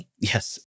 yes